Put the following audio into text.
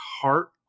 heart